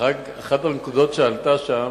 אחת הנקודות שעלו שם,